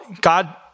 God